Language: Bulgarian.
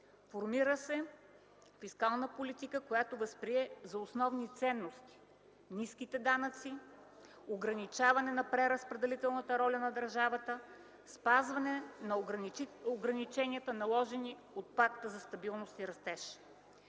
формира се фискална политика, която възприе за основни ценности ниските данъци, ограничаване на преразпределителната роля на държавата, спазване на ограниченията, наложени от Пакта за стабилност и растеж.